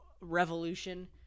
revolution